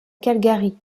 calgary